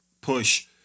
push